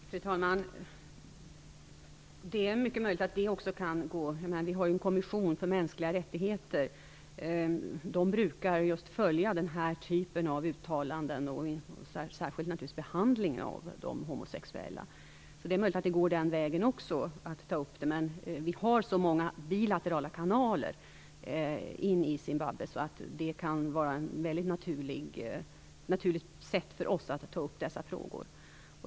Fru talman! Det är mycket möjligt att det också kan gå. Vi har en kommission för mänskliga rättigheter. De brukar följa just den här typen av uttalanden och särskilt behandlingen av de homosexuella. Det är möjligt att det går att ta upp frågan den vägen också. Men vi har så många bilaterala kanaler in i Zimbabwe att det kan vara ett naturligt sätt för oss att ta upp dessa frågor.